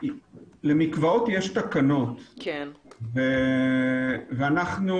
למקוואות יש תקנות, ואנחנו